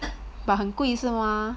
but 很贵是吗